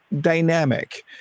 dynamic